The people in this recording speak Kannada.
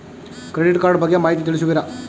ಕ್ರೆಡಿಟ್ ಕಾರ್ಡ್ ಬಗ್ಗೆ ಮಾಹಿತಿ ತಿಳಿಸುವಿರಾ?